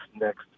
next